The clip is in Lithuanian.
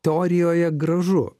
teorijoje gražu